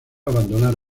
abandonar